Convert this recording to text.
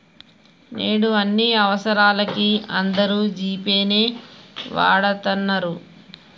నేడు అన్ని అవసరాలకీ అందరూ జీ పే నే వాడతన్నరు